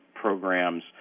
programs